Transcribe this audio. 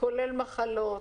כולל מחלות,